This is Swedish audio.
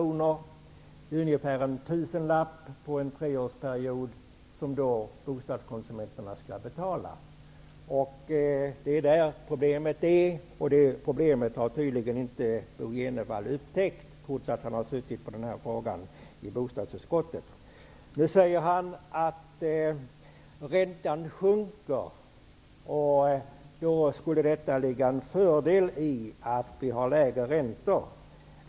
Det är alltså ungefär en tusenlapp på en treårsperiod som bostadskonsumenterna skall betala. Det är där problemet ligger, och det problemet har tydligen inte Bo G Jenevall upptäckt, trots att han har suttit med vid bostadsutskottets behandling av frågan. Nu säger Bo G Jenevall att räntan sjunker och att det skulle ligga en fördel i att vi har lägre räntor.